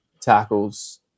tackles